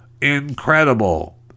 Incredible